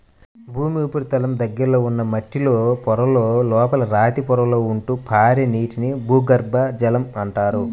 భూమి ఉపరితలం దగ్గరలో ఉన్న మట్టిలో పొరలలో, లోపల రాతి పొరలలో ఉంటూ పారే నీటిని భూగర్భ జలం అంటారు